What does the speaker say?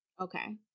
Okay